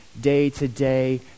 day-to-day